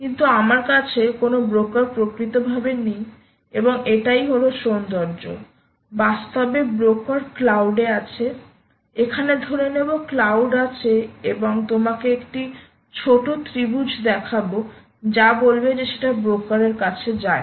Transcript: কিন্তু আমার কাছে কোন ব্রোকার প্রকৃতভাবে নেই এবং এটি হল সৌন্দর্য বাস্তবে ব্রোকার ক্লাউড এ আছে এখানে ধরে নেব ক্লাউড আছে এবং তোমাকে একটি ছোট ত্রিভুজ দেখাবো যা বলবে যে সেটা ব্রোকার এর কাছে যায়